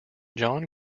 john